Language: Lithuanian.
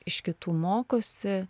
iš kitų mokosi